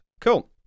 cool